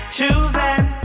Choosing